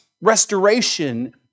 restoration